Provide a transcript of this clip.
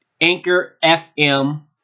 anchor.fm